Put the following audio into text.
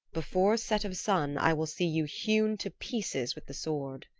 before set of sun i will see you hewn to pieces with the sword.